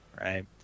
right